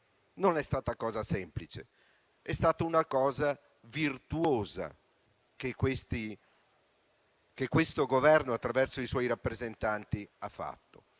non è stata cosa semplice. È stata una cosa virtuosa che questo Governo, attraverso i suoi rappresentanti, ha fatto.